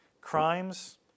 crimes